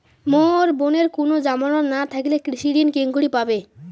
মোর বোনের কুনো জামানত না থাকিলে কৃষি ঋণ কেঙকরি পাবে?